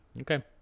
Okay